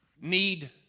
need